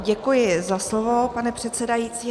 Děkuji za slovo, pane předsedající.